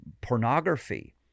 pornography